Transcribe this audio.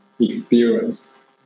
experience